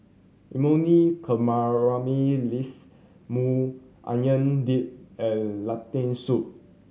Imoni Caramelize Maui Onion Dip and Lentil Soup